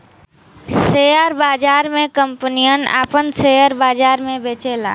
share बाजार मे कंपनियन आपन सेअर बाजार मे बेचेला